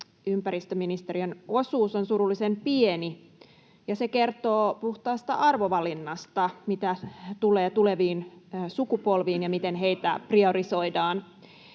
ympäristöministeriön osuus on surullisen pieni. Se kertoo puhtaasta arvovalinnasta, mitä tulee tuleviin sukupolviin [Petri Hurun